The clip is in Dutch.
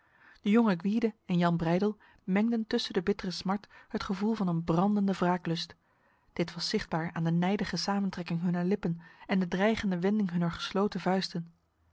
de jonge gwyde en jan breydel mengden tussen de bittere smart het gevoel van een brandende wraaklust dit was zichtbaar aan de nijdige samentrekking hunner lippen en de dreigende wending hunner gesloten vuisten